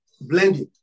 blending